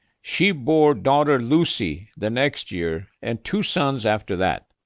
she bore daughter lucy the next year and two sons after that.